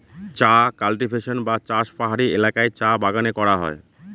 চা কাল্টিভেশন বা চাষ পাহাড়ি এলাকায় চা বাগানে করা হয়